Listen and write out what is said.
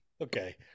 okay